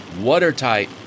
watertight